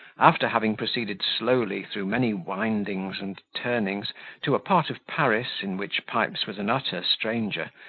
after having proceeded slowly through many windings and turnings to a part of paris, in which pipes was an utter stranger,